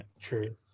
true